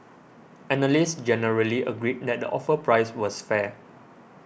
analysts generally agreed that the offer price was fair